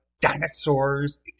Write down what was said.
dinosaurs